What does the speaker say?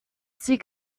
sie